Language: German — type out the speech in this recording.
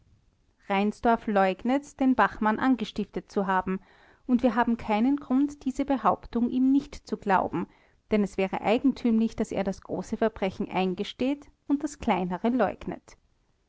reinsdorf leugnet den bachmann angestiftet zu haben und wir haben keinen grund diese behauptung ihm nicht zu glauben denn es wäre eigentümlich daß er das große verbrechen eingesteht und das kleinere leugnet